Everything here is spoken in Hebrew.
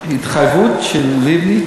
התחייבות של לבני,